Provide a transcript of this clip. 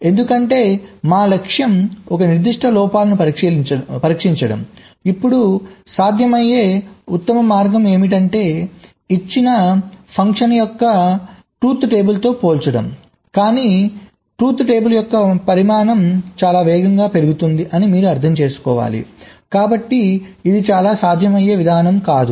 ఎందుకంటే మా లక్ష్యం ఒక నిర్దిష్ట లోపాలను పరీక్షించడం ఇప్పుడు సాధ్యమయ్యే ఉత్తమ మార్గం ఏమిటంటే ఇచ్చిన ఫంక్షన్ యొక్క సత్య పట్టికను పోల్చడం కానీ సత్య పట్టిక యొక్క పరిమాణం చాలా వేగంగా పెరుగుతుంది అని మీరు అర్థం చేసుకోవాలి కాబట్టి ఇది చాలా సాధ్యమయ్యే విధానం కాదు